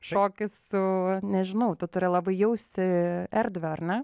šokis su nežinau tu turi labai jausti erdvę ar ne